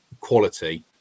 quality